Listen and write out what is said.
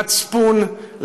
מצפון,